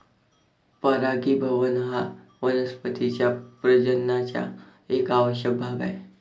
परागीभवन हा वनस्पतीं च्या प्रजननाचा एक आवश्यक भाग आहे